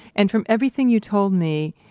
and from everything you told me,